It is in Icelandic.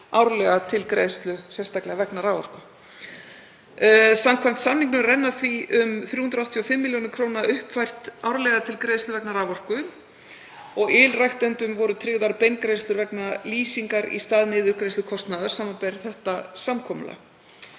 árlega til greiðslu sérstaklega vegna raforku. Samkvæmt samningnum renna því um 385 millj. kr., uppfært árlega, til greiðslu vegna raforku og ylræktendum voru tryggðar beingreiðslur vegna lýsingar í stað niðurgreiðslu kostnaðar, samanber þetta samkomulag.